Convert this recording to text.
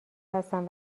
هستن